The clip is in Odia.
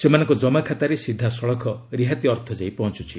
ସେମାନଙ୍କ ଜମାଖାତାରେ ସିଧାସଳଖ ରିହାତି ଅର୍ଥ ଯାଇ ପହଞ୍ଚୁଛି